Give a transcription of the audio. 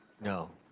No